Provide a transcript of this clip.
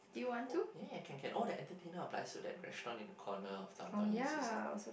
oh eh can can oh that entertainer but it's still that restaurant in the corner of Downtown-East is it